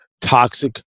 toxic